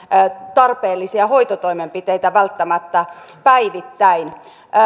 tarpeellisia hoitotoimenpiteitä välttämättä päivittäin